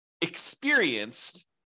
experienced